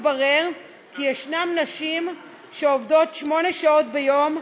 התברר כי ישנן נשים שעובדות שמונה שעות ביום,